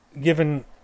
given